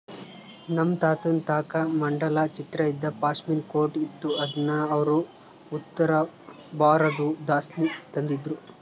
ನಮ್ ತಾತುನ್ ತಾಕ ಮಂಡಲ ಚಿತ್ರ ಇದ್ದ ಪಾಶ್ಮಿನಾ ಕೋಟ್ ಇತ್ತು ಅದುನ್ನ ಅವ್ರು ಉತ್ತರಬಾರತುದ್ಲಾಸಿ ತಂದಿದ್ರು